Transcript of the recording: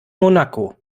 monaco